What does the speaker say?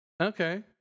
Okay